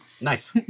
Nice